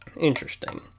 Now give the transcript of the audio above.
Interesting